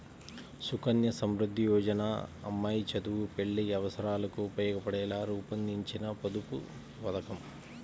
సుకన్య సమృద్ధి యోజన అమ్మాయి చదువు, పెళ్లి అవసరాలకు ఉపయోగపడేలా రూపొందించిన పొదుపు పథకం